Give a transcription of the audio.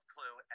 Clue